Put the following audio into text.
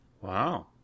Wow